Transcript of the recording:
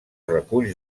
reculls